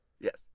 Yes